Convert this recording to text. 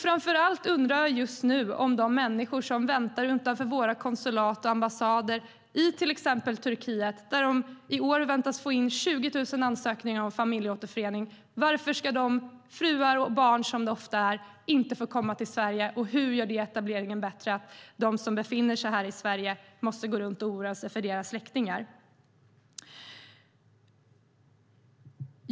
Framför allt undrar jag just nu om de människor som väntar utanför våra konsulat och ambassader i till exempel Turkiet, där man i år väntas få in 20 000 ansökningar om familjeåterförening. Varför ska de, fruar och barn, som det ofta är, inte få komma till Sverige, och hur gör det etableringen bättre när de som befinner sig här i Sverige måste oroa sig för sina släktingar?